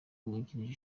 wungirije